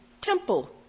temple